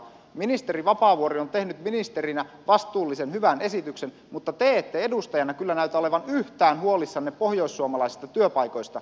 ministeri vapaavuori on tehnyt ministerinä vastuullisen hyvän esityksen mutta te ette edustajana kyllä näytä olevan yhtään huolissanne pohjoissuomalaisista työpaikoista